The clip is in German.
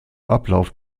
ablauf